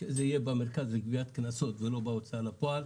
שזה יהיה במרכז לגביית קנסות ולא בהוצאה לפועל.